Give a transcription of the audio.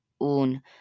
un